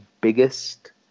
biggest